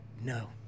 No